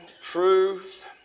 truth